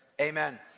Amen